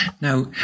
now